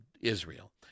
Israel